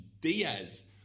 Diaz